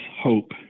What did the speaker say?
hope